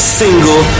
single